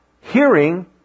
Hearing